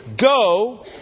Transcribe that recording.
go